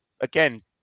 Again